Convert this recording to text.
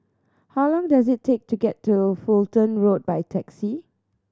how long does it take to get to Fulton Road by taxi